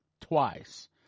twice